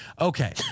Okay